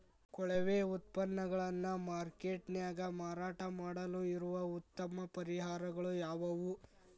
ಕೊಳೆವ ಉತ್ಪನ್ನಗಳನ್ನ ಮಾರ್ಕೇಟ್ ನ್ಯಾಗ ಮಾರಾಟ ಮಾಡಲು ಇರುವ ಉತ್ತಮ ಪರಿಹಾರಗಳು ಯಾವವು?